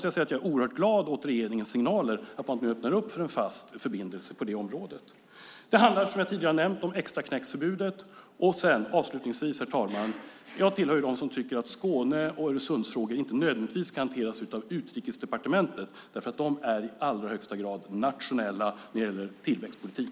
Jag är oerhört glad åt regeringens signaler att öppna för en fast förbindelse i området. Sedan finns, som jag tidigare har nämnt, extraknäcksförbudet. Jag tillhör dem, herr talman, som tycker att Skåne och Öresundsfrågor inte nödvändigtvis ska hanteras av Utrikesdepartementet. Där är de i allra högsta grad nationella när det gäller tillväxtpolitik.